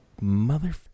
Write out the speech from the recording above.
mother